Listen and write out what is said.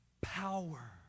power